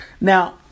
Now